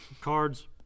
Cards